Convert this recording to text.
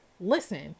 listen